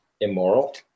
immoral